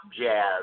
jazz